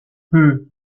peut